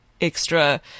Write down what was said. extra